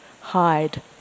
hide